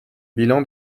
bilan